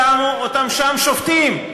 שמו אותם שם שופטים.